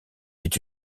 est